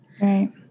Right